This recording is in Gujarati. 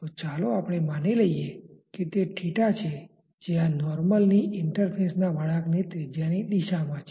તો ચાલો આપણે માની લઇએ કે તે છે જે આ નોર્મલ ની ઇંટરફેસ ના વળાંકની ત્રિજ્યાની દિશામાં છે